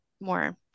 more